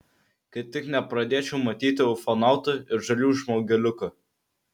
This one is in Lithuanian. kad tik nepradėčiau matyti ufonautų ir žalių žmogeliukų